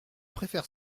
préfère